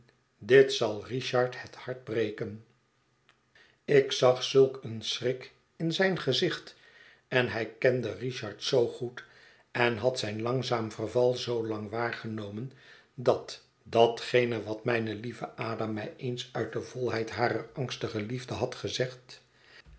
dit zal richard het hart breken ik zag zulk een schrik in zijn gezicht en hij kende richard zoo goed en had zijn langzaam verval zoo lang waargenomen dat datgene wat mijne lieve ada mij eens uit de volheid harer angstige liefde had gezegd